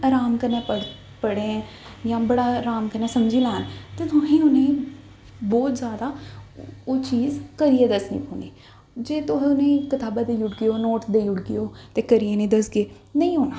बड़ा आराम कन्नै पढ़े जां बड़ा आराम कन्नै समझी लैन ते तुसें उ'नें गी बौह्त जैदा ओह् चीज करियै दस्सनी पौनी ऐ जे तुस उ'ने गी कताबां देई ओड़गे ओ नोटस देई ओड़गे ओ ते करियै नेईं दस्सगे नेईं औना